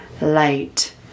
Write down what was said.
light